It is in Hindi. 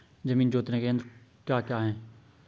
जमीन जोतने के यंत्र क्या क्या हैं?